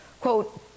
Quote